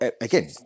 again